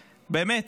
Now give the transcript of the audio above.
באמת.